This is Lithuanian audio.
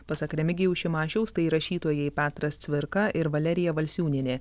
pasak remigijaus šimašiaus tai rašytojai petras cvirka ir valerija valsiūnienė